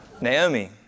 Naomi